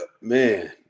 man